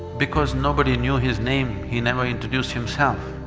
because nobody knew his name, he never introduced himself,